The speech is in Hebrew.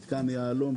מתקן יהלום,